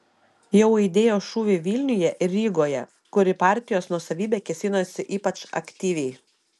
jau aidėjo šūviai vilniuje ir rygoje kur į partijos nuosavybę kėsinosi ypač aktyviai